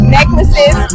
Necklaces